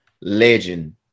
legend